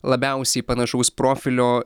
labiausiai panašaus profilio